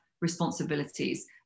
responsibilities